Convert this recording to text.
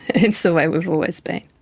it's the way we've always been.